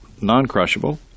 non-crushable